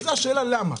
וזו השאלה: למה?